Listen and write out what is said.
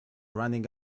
running